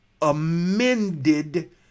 amended